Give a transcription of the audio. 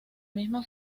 misma